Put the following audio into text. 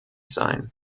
sein